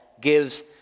gives